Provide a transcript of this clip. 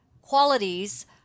qualities